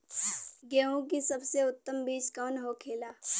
गेहूँ की सबसे उत्तम बीज कौन होखेला?